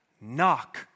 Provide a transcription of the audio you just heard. knock